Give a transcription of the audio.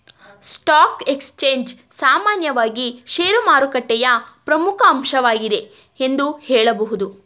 stock exchange ಸಾಮಾನ್ಯವಾಗಿ ಶೇರುಮಾರುಕಟ್ಟೆಯ ಪ್ರಮುಖ ಅಂಶವಾಗಿದೆ ಎಂದು ಹೇಳಬಹುದು